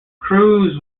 cruz